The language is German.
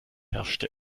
herrschte